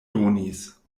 donis